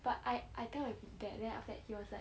but I I tell my dad then after that he was like